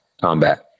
combat